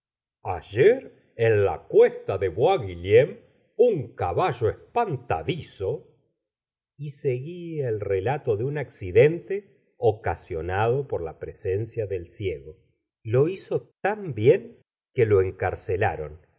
ayer en la cuesta de bois guillaume un caballo espantadizo y seguia el relato de un accidente ocasionado por la presencia del ciego lo hizo tan bien que lo encarcelaron